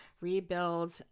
rebuild